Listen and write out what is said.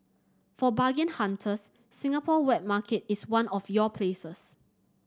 for bargain hunters Singapore wet market is one of your places